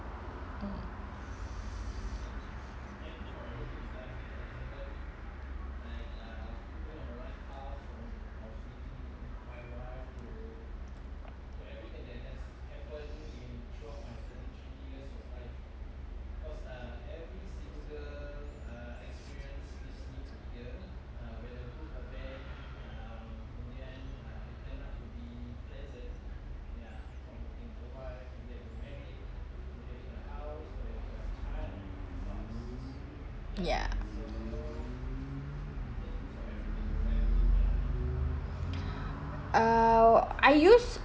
mm ya uh I used